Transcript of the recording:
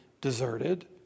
deserted